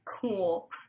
cool